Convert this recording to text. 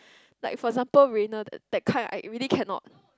like for example Reiner that that kind I really cannot